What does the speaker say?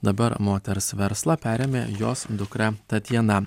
dabar moters verslą perėmė jos dukra tatjana